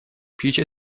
پیچ